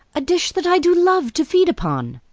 a dish that i do love to feed upon.